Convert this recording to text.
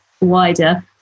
wider